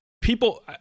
People